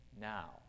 now